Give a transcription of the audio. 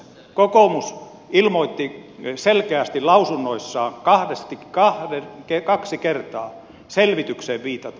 kokoomus ilmoitti selkeästi lausunnoissaan kaksi kertaa selvitykseen viitaten